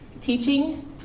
teaching